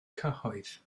cyhoedd